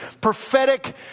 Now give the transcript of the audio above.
prophetic